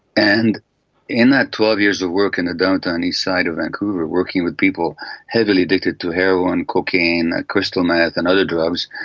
and in that twelve years of work in the downtown eastside of vancouver, working with people heavily addicted to heroin, cocaine, crystal meth and other drugs,